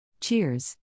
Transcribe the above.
Cheers